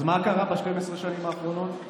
אז מה קרה ב-12 השנים האחרונות?